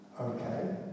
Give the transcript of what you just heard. Okay